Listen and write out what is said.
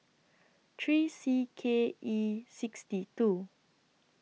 three C K E sixty two